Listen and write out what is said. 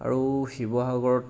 আৰু শিৱসাগৰত